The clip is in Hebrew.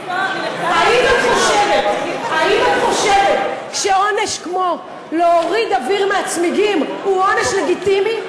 האם את חושבת שעונש כמו להוריד אוויר מהצמיגים הוא עונש לגיטימי?